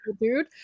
dude